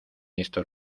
estos